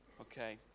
Okay